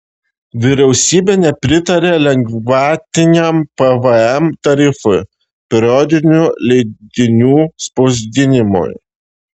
vyriausybė nepritarė lengvatiniam pvm tarifui periodinių leidinių spausdinimui